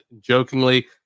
jokingly